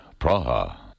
Praha